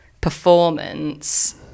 performance